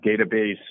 database